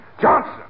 Johnson